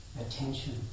attention